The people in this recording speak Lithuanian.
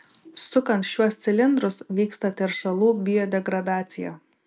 sukant šiuos cilindrus vyksta teršalų biodegradacija